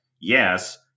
yes